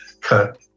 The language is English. cut